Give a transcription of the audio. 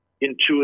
intuitive